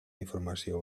informació